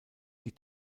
die